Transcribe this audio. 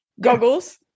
goggles